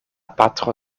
patro